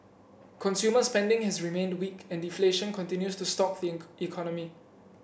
consumer spending has remained weak and deflation continues to stalk the economy